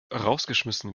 rausgeschmissen